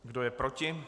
Kdo je proti?